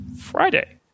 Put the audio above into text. Friday